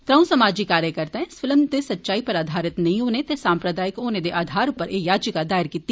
त्रंऊ समाजी कार्यकर्ताएं इस फिल्म दे सच्चाई पर आधारित नेंई होने ते साम्प्रदायिक होने दे आधार पर एह याचिका दायर कीती